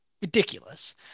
Ridiculous